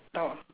door